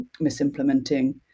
misimplementing